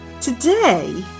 Today